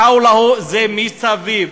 "חוולה" זה "מסביב".